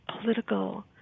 political